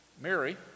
Mary